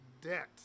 debt